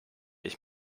ich